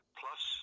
...plus